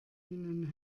ihnen